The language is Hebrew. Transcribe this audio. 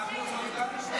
גם אנחנו יכולים להשתתף?